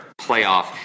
playoff